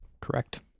correct